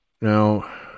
Now